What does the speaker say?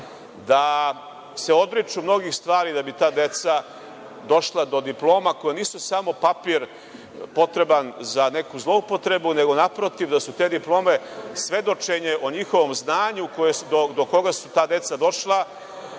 da se odriču mnogih stvari da bi ta deca došla do diploma koje nisu samo papir potreban za neku zloupotrebu, nego naprotiv, da su te diplome svedočenje o njihovom znanju do koga su ta deca došla